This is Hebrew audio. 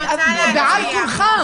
בעל כורחם.